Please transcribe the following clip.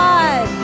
God